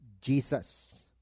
jesus